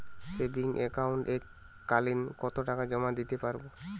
Savings একাউন্টে এক কালিন কতটাকা জমা দিতে পারব?